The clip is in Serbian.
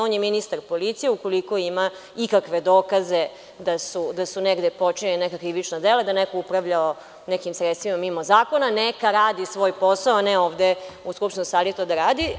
On je ministar policije i ukoliko ima ikakve dokaze da su negde počinjena krivična dela, da je neko upravljao nekim sredstvima mimo zakona, neka radi svoj posao, a ne ovde u skupštinskoj sali to da radi.